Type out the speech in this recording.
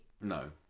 No